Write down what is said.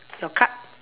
your card